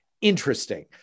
Interesting